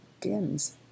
dims